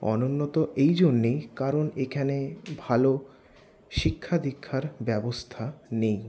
অনুন্নত এই জন্যেই কারণ এখানে ভালো শিক্ষাদীক্ষার ব্যবস্থা নেই